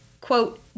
quote